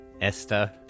Esther